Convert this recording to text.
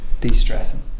de-stressing